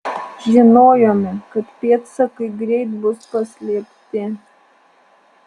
žinojome kad pėdsakai greit bus paslėpti